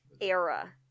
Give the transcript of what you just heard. era